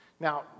Now